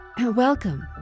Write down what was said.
Welcome